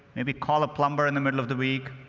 maybe call a plumber in the middle of the week,